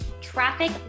Traffic